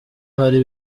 hari